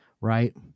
right